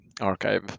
archive